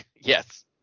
Yes